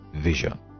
vision